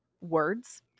words